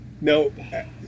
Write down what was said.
No